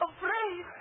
Afraid